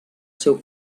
seu